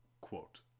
Quote